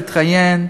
להתראיין,